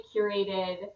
curated